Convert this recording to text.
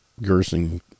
Gerson